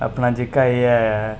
अपना जेह्का एह् ऐ